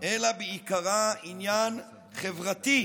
אלא היא בעיקרה עניין חברתי,